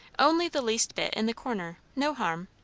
only the least bit, in the corner. no harm.